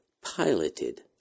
piloted